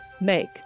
make